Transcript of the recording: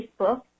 Facebook